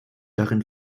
darin